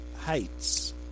heights